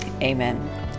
amen